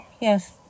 Yes